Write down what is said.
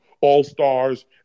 all-stars